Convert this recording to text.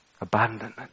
abandonment